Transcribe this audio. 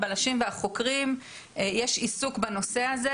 הבלשים והחוקרים יש עיסוק בנושא הזה.